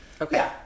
Okay